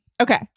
Okay